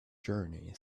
journey